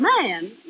man